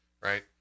right